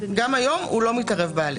גם היום הוא לא מתערב.